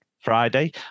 Friday